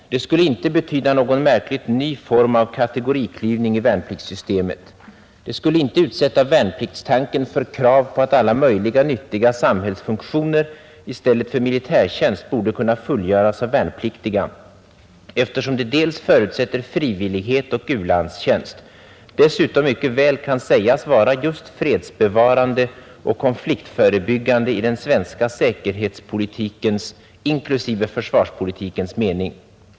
Det skulle inte betyda någon märkligt ny form av kategoriklyvning i värnpliktssystemet. Det skulle inte utsätta värnpliktstanken för krav på att alla möjliga nyttiga samhällsfunktioner i stället för militärtjänst borde kunna fullgöras av värnpliktiga, eftersom det dels förutsätter frivillighet och u-landstjänst, dessutom mycket väl kan sägas vara just "fredsbevarande" och ”konfliktförebyggande” i den svenska säkerhetspolitikens inklusive försvarspolitikens mening.